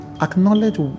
acknowledge